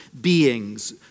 beings